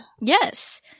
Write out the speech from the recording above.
Yes